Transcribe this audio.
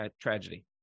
tragedy